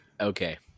Okay